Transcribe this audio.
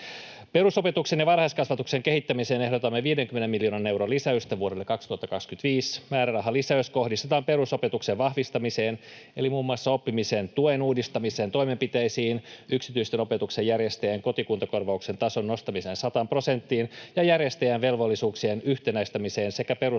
Perusopetuksen ja varhaiskasvatuksen kehittämiseen ehdotamme 50 miljoonan euron lisäystä vuodelle 2025. Määrärahalisäys kohdistetaan perusopetuksen vahvistamiseen eli muun muassa oppimisen tuen uudistamisen toimenpiteisiin, yksityisen opetuksen järjestäjän kotikuntakorvauksen tason nostamiseen sataan prosenttiin ja järjestäjän velvollisuuksien yhtenäistämiseen sekä perusopetuksen